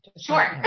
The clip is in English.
Sure